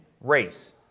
race